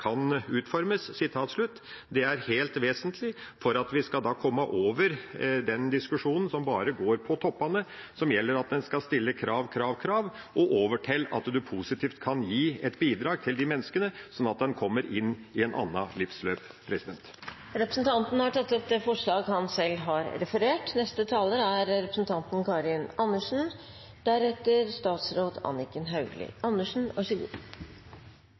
kan utformes.» Dette er helt vesentlig for at vi skal komme over den diskusjonen som bare går på toppene – som gjelder at en skal stille krav, krav, krav – og over til at en positivt kan gi et bidrag til de menneskene, slik at de kommer inn i et annet livsløp. Representanten Per Olaf Lundteigen har tatt opp det forslaget han